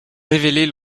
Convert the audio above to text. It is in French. révéler